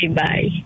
bye